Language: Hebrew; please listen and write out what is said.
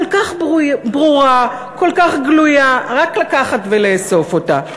כל כך ברורה, כל כך גלויה, רק לקחת ולאסוף אותה.